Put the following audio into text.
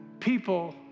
people